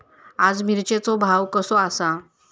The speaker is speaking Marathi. आज मिरचेचो भाव कसो आसा?